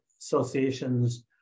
associations